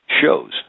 shows